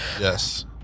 Yes